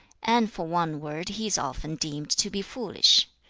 and for one word he is often deemed to be foolish.